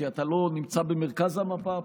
כי אתה לא נמצא במרכז המפה הפוליטית.